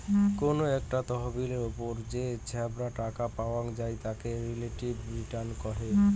কোনো একটা তহবিলের ওপর যে ছাব্যাং টাকা পাওয়াং যাই তাকে রিলেটিভ রিটার্ন কহে